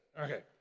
Okay